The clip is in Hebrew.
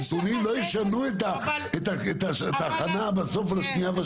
הנתונים לא ישנו את ההכנה לשנייה ושלישית.